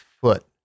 foot